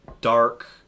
dark